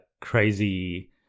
crazy